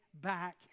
back